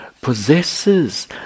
Possesses